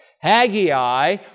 Haggai